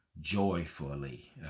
joyfully